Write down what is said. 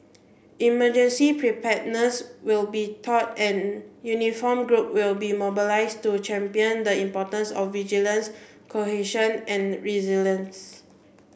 emergency preparedness will be taught and uniformed group will be mobilised to champion the importance of vigilance cohesion and resilience